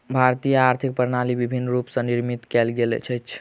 भारतीय आर्थिक प्रणाली विभिन्न रूप स निर्मित कयल गेल अछि